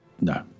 No